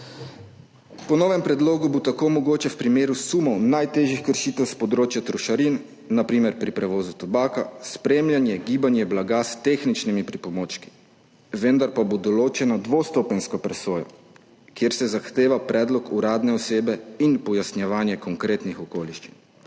Po novem predlogu bo tako mogoče v primeru sumov najtežjih kršitev s področja trošarin, na primer pri prevozu tobaka, spremljati gibanje blaga s tehničnimi pripomočki, vendar pa bo določena dvostopenjska presoja, kjer se zahteva predlog uradne osebe in pojasnjevanje konkretnih okoliščin.